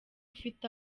ufite